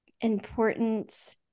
important